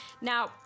now